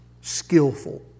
skillful